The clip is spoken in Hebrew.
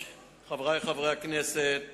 בניסן התשס"ט